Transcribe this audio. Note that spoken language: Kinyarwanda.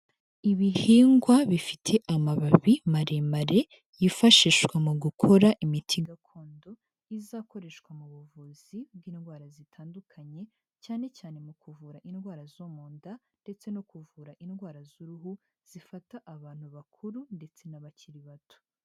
Ibihingwa bifite amababi maremare yifashishwa mu gukora imiti gakondo izakoreshwa mu buvuzi bw'indwara zitandukanye, cyane cyane mu kuvura indwara zo mu nda ndetse no kuvura indwara z'uruhu, zifata abantu bakuru ndetse n'abakiri bato.